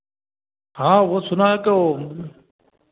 हाँ वह सुना है तो